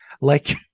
Like-